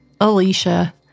Alicia